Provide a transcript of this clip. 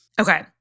Okay